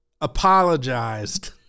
apologized